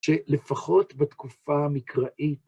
שלפחות בתקופה המקראית.